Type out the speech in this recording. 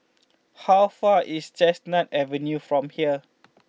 how far is Chestnut Avenue from here